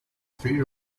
three